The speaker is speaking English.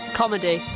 comedy